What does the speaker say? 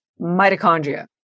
mitochondria